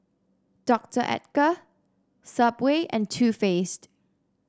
Doctor Oetker Subway and Too Faced